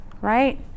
Right